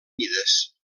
mides